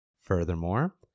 Furthermore